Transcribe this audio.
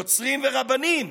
יוצרים ורבנים,